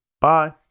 Bye